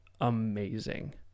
amazing